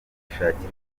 gishakirwe